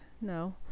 no